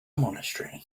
monastery